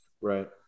right